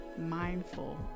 mindful